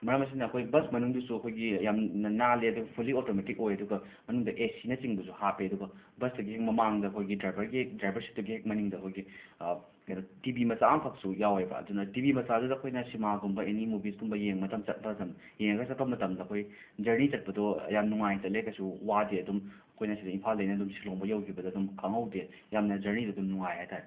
ꯃꯔꯝ ꯑꯁꯤꯅ ꯑꯩꯈꯣꯏ ꯕꯁ ꯃꯅꯨꯡꯗꯁꯨ ꯑꯩꯈꯣꯏꯒꯤ ꯌꯥꯝꯅ ꯅꯥꯜꯂꯦ ꯑꯗꯨꯒ ꯐꯨꯜꯂꯤ ꯑꯣꯇꯣꯃꯦꯇꯤꯛ ꯑꯣꯏ ꯑꯗꯨꯒ ꯃꯅꯨꯡꯗ ꯑꯦꯁꯤꯅꯆꯤꯡꯕꯁꯨ ꯍꯥꯞꯄꯦ ꯑꯗꯨꯒ ꯕꯁꯇꯨꯒꯤ ꯍꯦꯛ ꯃꯃꯥꯡꯗ ꯑꯩꯈꯣꯏꯒꯤ ꯗ꯭ꯔꯥꯏꯕꯔꯒꯤ ꯗ꯭ꯔꯥꯏꯕꯔ ꯁꯤꯠꯇꯨꯒꯤ ꯍꯦꯛ ꯃꯅꯤꯡꯗ ꯑꯩꯈꯣꯏꯒꯤ ꯀꯦꯅꯣ ꯇꯤꯕꯤ ꯃꯆꯥ ꯑꯝꯈꯛꯁꯨ ꯌꯥꯎꯋꯦꯕ ꯑꯗꯨꯅ ꯇꯤꯕꯤ ꯃꯆꯥꯗꯨꯗ ꯑꯩꯈꯣꯏꯅ ꯁꯤꯃꯥꯒꯨꯝꯕ ꯑꯦꯅꯤ ꯃꯨꯕꯤꯁꯀꯨꯝꯕ ꯌꯦꯡꯕ ꯃꯇꯝ ꯆꯠꯄ ꯃꯇꯝꯗ ꯌꯦꯡꯉꯒ ꯆꯠꯄ ꯃꯇꯝꯗ ꯑꯩꯈꯣꯏ ꯖꯔꯅꯤ ꯆꯠꯄꯗꯣ ꯌꯥꯝꯅ ꯅꯨꯉꯥꯏꯅ ꯆꯠꯂꯦ ꯀꯩꯁꯨ ꯋꯥꯗꯦ ꯑꯗꯨꯝ ꯑꯩꯈꯣꯏꯅ ꯁꯤꯗ ꯏꯝꯐꯥꯜꯗꯒꯤꯅ ꯑꯗꯨꯝ ꯁꯤꯂꯣꯡꯐꯥꯎ ꯌꯧꯈꯤꯕꯗ ꯑꯗꯨꯝ ꯈꯪꯍꯧꯗꯦ ꯌꯥꯝꯅ ꯖꯔꯅꯤꯗꯣ ꯑꯗꯨꯝ ꯅꯨꯡꯉꯥꯏ ꯍꯥꯏꯕ ꯇꯥꯔꯦ